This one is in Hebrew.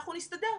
אנחנו נסתדר.